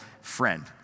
friend